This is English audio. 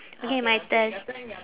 okay my turn